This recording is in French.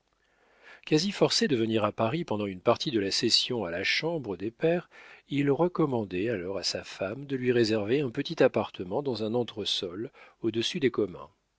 quasi forcé de venir à paris pendant une partie de la session à la chambre des pairs il recommandait alors à sa femme de lui réserver un petit appartement dans un entresol au-dessus des communs